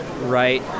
right